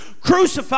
crucified